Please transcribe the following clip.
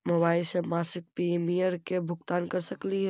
Mobile से मासिक premium के भुगतान कर सकली हे?